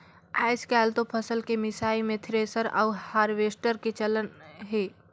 आयज कायल तो फसल के मिसई मे थेरेसर अउ हारवेस्टर के चलन हे